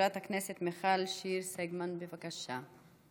חברת הכנסת מיכל שיר סגמן, בבקשה.